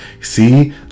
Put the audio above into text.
See